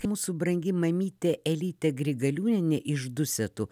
mūsų brangi mamytė elytė grigaliūnienė iš dusetų